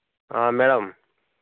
madam